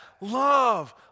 Love